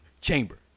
chamber